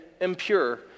impure